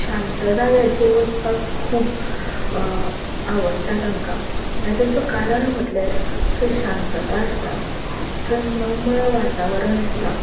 शांत जाग्याचेर वचपाक खूब आवडटा तांकां आनी तेचो कारण म्हणल्यार थंय शांतताय आसता थंय नम्र वातावरण आसता